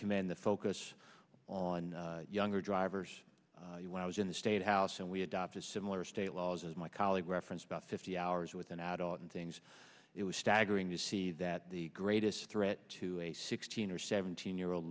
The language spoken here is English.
commend the focus on younger drivers when i was in the state house and we adopt a similar state laws as my colleague reference about fifty hours with an adult and things it was staggering to see that the greatest threat to a sixteen or seventeen year old